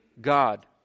God